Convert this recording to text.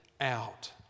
out